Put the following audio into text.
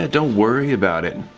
ah don't worry about it.